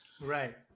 Right